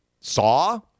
saw